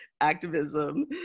activism